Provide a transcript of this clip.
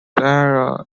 area